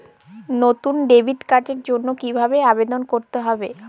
নতুন ডেবিট কার্ডের জন্য কীভাবে আবেদন করতে হবে?